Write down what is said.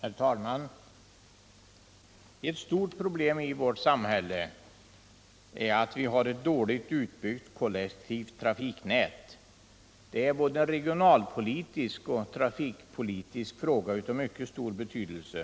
Herr talman! Ett stort problem i vårt samhälle är att vi har ett dåligt utbyggt kollektivt trafiknät. Det är en regionalpolitisk och trafikpolitisk fråga av mycket stor betydelse.